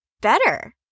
better